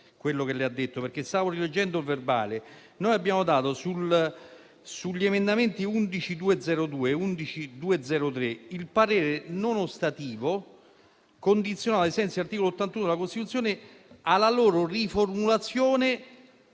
noi abbiamo espresso sugli emendamenti 11.202 e 11.203 parere non ostativo condizionato, *ex* articolo 81 della Costituzione, alla loro riformulazione